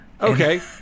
Okay